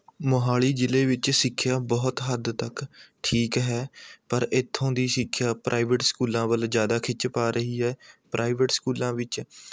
ਮੋਹਾਲੀ ਜ਼ਿਲ੍ਹੇ ਵਿੱਚ ਸਿੱਖਿਆ ਬਹੁਤ ਹੱਦ ਤੱਕ ਠੀਕ ਹੈ ਪਰ ਇੱਥੋਂ ਦੀ ਸਿੱਖਿਆ ਪ੍ਰਾਈਵੇਟ ਸਕੂਲਾਂ ਵੱਲ ਜ਼ਿਆਦਾ ਖਿੱਚ ਪਾ ਰਹੀ ਹੈ ਪ੍ਰਾਈਵੇਟ ਸਕੂਲਾਂ ਵਿੱਚ